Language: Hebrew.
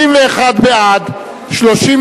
ההצעה להעביר את הצעת